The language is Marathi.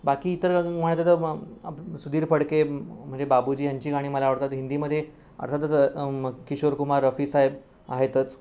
बाकी इतर म्हणायचं तर आप सुधीर फडके म्हणजे बाबूजी यांची गाणी मला आवडतात हिंदीमध्ये अर्थातच किशोरकुमार रफीसाहेब आहेतच